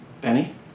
Benny